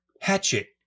hatchet